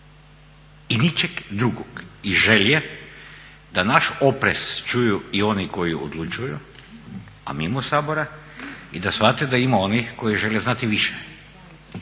i ničeg drugog. I želje da naš oprez čuju i oni koji odlučuju, a mimo Sabora, i da shvate da ima onih koji žele znati više.